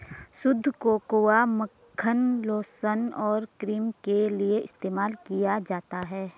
शुद्ध कोकोआ मक्खन लोशन और क्रीम के लिए इस्तेमाल किया जाता है